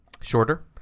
Shorter